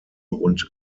und